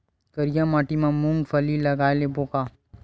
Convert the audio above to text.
करिया माटी मा मूंग फल्ली लगय लेबों का?